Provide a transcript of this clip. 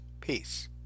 Peace